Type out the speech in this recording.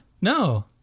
No